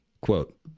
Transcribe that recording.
quote